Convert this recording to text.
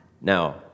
Now